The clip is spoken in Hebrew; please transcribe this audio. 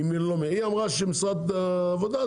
היא אמרה משרד העבודה,